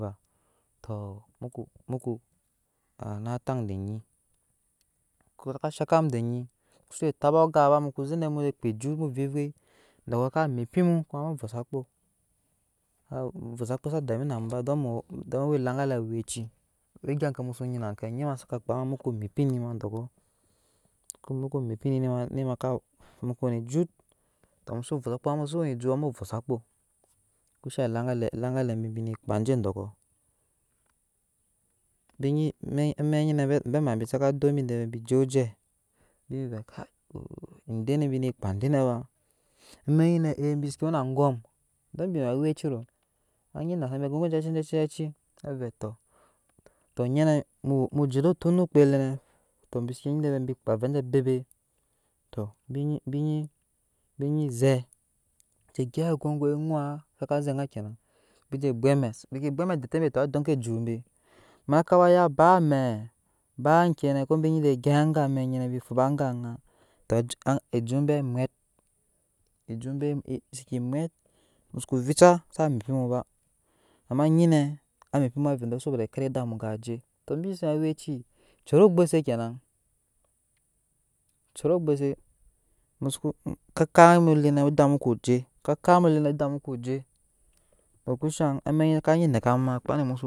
Tɔtɔ muko muko tan de nyi kuma saka zhan ka mu de nyi muske ze de vɛɛ muso kpaa ejut mu vei evei dɔkɔ ka mippi mu mu vosa kpo mu vosakpo za damu namuba don we laŋgalɛ aweci we gya ke mu zoo nyi nake nyima saka kpaa muko mippine dɔkɔ mukɔ mippi ni ma muko wene ejut ta muso vɔo sakpo ba ama nukosi wene ejul ba to mu vɔɔ sakpo kusha laŋgalɛ laŋgalɛ bi e kpaa je dɔkɔ bi anyi amɛk nyinɛ abe amambi saka tekabi de vɛɛ bi je oje bi vɛɛ edene bine ka edene ba amɛk nyine ebi pan we na angom don bi we aweci ro anyi naa za b agongon aje aci je aci avɛɛ tɔtɔ anyi muwo mu je dow ton no okpei lenɛ to bi seke nyi vɛɛ bi kpaa avɛɛ aje abebet tɔ binyi binyi ze je gyep gongon zuwa bije bwe amɛ to bi seke bwɛ amɛ dente be udonke ejut be amma kaba ya baa ameɛ ba kenɛ ko bi nyije gyɛp anga fuba anga angaa tɔ ejut bewe mwet ejut be zeke mwet mu soko vica sa mippi mu ba amma nyine amippi mu avɛɛ de kede edaa mu kara je to ebise we a weci curɔ gbuse kyenaa curo oggbuse muso saka kan mu lenɛ edaa muko je to kuhzan amɛk nyinɛ kanyi nekam kpaa egya muso bwama.